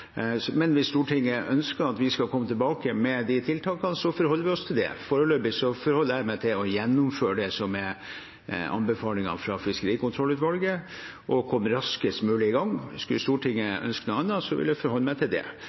Men hvis Stortinget ønsker at vi skal komme tilbake med de tiltakene, forholder vi oss til det. Foreløpig forholder jeg meg til å gjennomføre det som er anbefalingene fra Fiskerikontrollutvalget, og komme raskest mulig i gang. Skulle Stortinget ønske noe annet, vil jeg forholde meg til det.